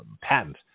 patent